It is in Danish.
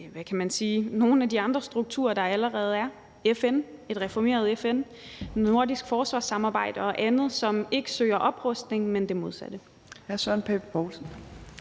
nogle af de andre strukturer, der allerede er, FN, et reformeret FN, et nordisk forsvarssamarbejde og andet, som ikke søger oprustning, men det modsatte.